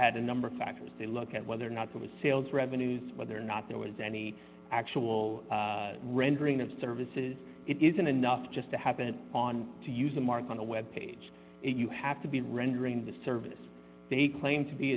at a number of factors they look at whether or not there was sales revenues whether or not there was any actual rendering of services it isn't enough just to happen on to use a mark on a web page you have to be rendering the service they claim to be